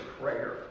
prayer